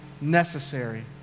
necessary